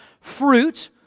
fruit